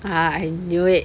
ah I knew it